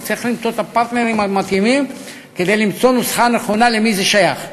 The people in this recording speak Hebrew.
כי צריך למצוא את הפרטנרים המתאימים כדי למצוא נוסחה נכונה למי זה שייך.